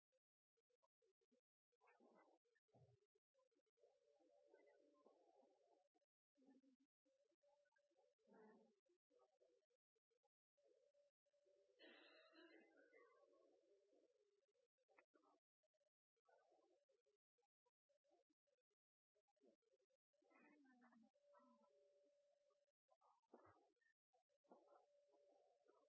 er i ferd med å